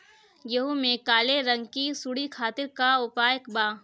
गेहूँ में काले रंग की सूड़ी खातिर का उपाय बा?